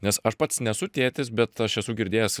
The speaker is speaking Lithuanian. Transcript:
nes aš pats nesu tėtis bet aš esu girdėjęs